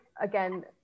again